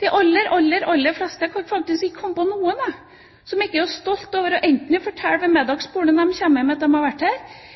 De aller, aller fleste er stolte over å ha vært her. Jeg kan faktisk ikke komme på noen som ikke er det, enten det er ved å fortelle ved middagsbordet når de kommer hjem at de har vært